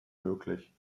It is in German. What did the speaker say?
möglich